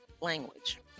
language